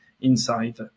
inside